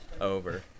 over